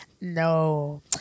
No